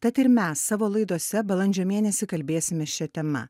tad ir mes savo laidose balandžio mėnesį kalbėsime šia tema